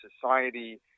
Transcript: society